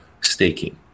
staking